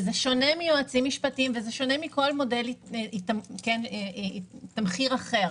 וזה שונה מיועצים משפטיים ומכל מודל תמחיר אחר.